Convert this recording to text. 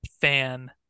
fan